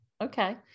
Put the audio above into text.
Okay